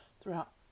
throughout